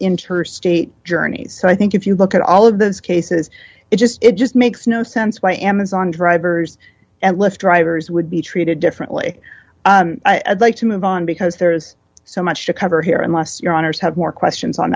interstate journeys so i think if you look at all of those cases it just it just makes no sense why amazon drivers and list drivers would be treated differently i'd like to move on because there's so much to cover here unless your honour's have more questions on